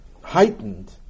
heightened